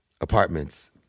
apartments